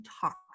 talk